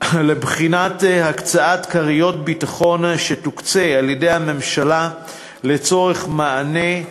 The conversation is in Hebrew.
לבחינת הקצאת כריות ביטחון שתוקצה על-ידי הממשלה לצורך מענה על